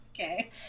Okay